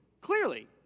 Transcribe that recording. clearly